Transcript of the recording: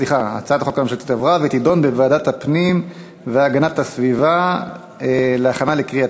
התשע"ד 2014, לוועדת הפנים והגנת הסביבה נתקבלה.